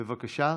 בבקשה.